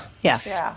Yes